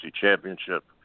Championship